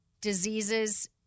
diseases